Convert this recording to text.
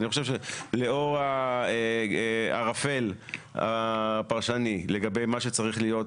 אני חושב שלאור הערפל הפרשני לגבי מה שצריך להיות,